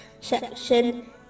section